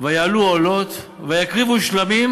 ויעלו עולות ויקריבו שלמים,